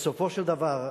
בסופו של דבר,